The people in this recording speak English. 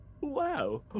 Wow